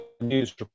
news